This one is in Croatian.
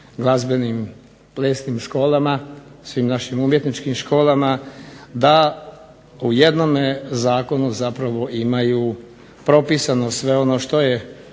glazbenim, plesnim školama, svim našim umjetničkim školama da u jednome zakonu zapravo imaju propisano sve ono što je